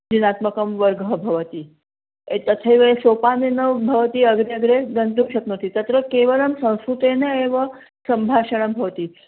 दिनात्मकः वर्गः भवति ए तथैवे सोपानेन भवती अग्रे अग्रे गन्तुं शक्नोति तत्र केवलं संस्कृतेन एव सम्भाषणं भवति